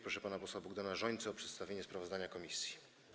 Proszę pana posła Bogdana Rzońcę o przedstawienie sprawozdania komisji.